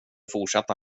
fortsätta